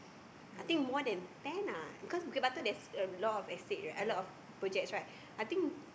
I think more than ten ah because Bukit-Batok there's a lot of estate a lot of projects right I think